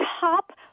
top